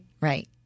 right